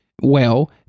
well-